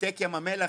-- העתק ים המלח,